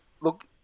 Look